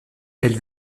elle